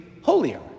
holier